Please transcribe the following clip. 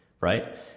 right